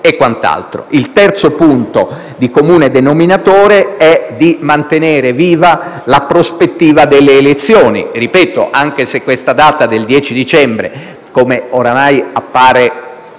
Il terzo punto di comune denominatore è di mantenere viva la prospettiva delle elezioni. Ripeto: anche se la data del 10 dicembre, come appare